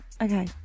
Okay